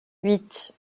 huit